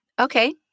Okay